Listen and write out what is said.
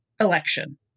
election